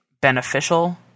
beneficial